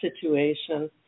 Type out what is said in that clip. situation